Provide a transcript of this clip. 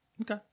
Okay